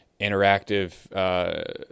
interactive